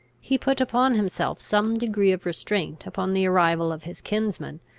he put upon himself some degree of restraint upon the arrival of his kinsman,